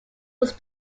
was